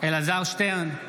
אלעזר שטרן,